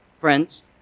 friends